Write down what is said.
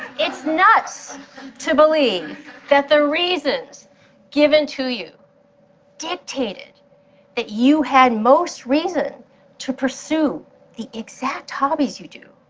it's nuts to believe that the reasons given to you dictated that you had most reason to pursue the exact hobbies you do,